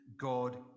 God